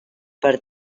per